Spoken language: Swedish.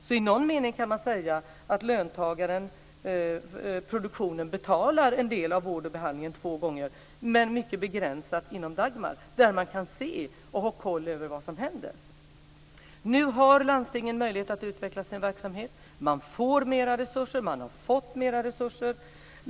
Så i någon mening kan man säga att löntagaren, produktionen, betalar en del av vården och behandlingen två gånger, men mycket begränsat inom Dagmar, där man kan se och ha kontroll över vad som händer. Nu har landstingen möjlighet att utveckla sin verksamhet. De får mer resurser och har fått mer resurser.